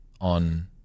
on